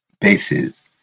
bases